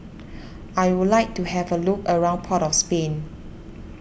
I would like to have a look around Port of Spain